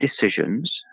decisions